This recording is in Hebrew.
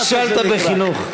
נכשלת בחינוך.